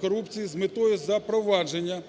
корупції" з метою запровадження